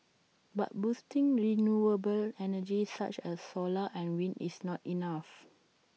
but boosting renewable energy such as solar and wind is not enough